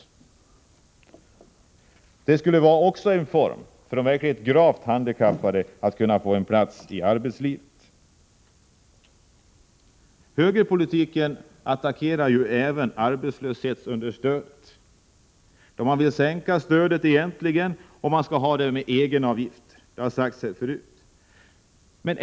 Detta skulle också vara ett sätt att bereda de verkligt gravt handikappade en plats i arbetslivet. Högerpolitiken attackerar ju även arbetslöshetsunderstödet. Man vill sänka stödet, och man vill införa egenavgifter. Detta har sagts här förut.